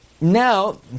Now